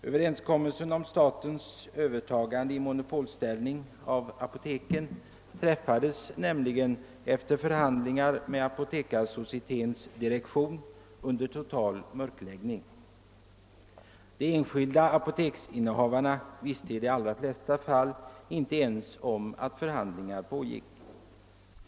Överenskommelsen om statens övertagande i monopolställning av apoteken träffades nämligen efter förhandlingar med Apotekarsocietetens direktion under total mörkläggning. De enskilda apoteksinnehavarna visste i de allra flesta fall inte ens om att förhandlingar pågick.